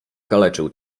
okaleczył